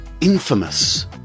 infamous